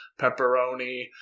pepperoni